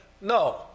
No